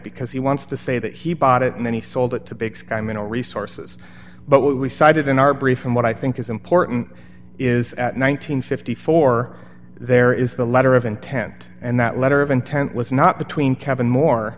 because he wants to say that he bought it and then he sold it to big sky mineral resources but we cited in our brief and what i think is important is at nine hundred and fifty four there is the letter of intent and that letter of intent was not between kevin moore